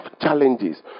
challenges